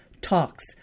talks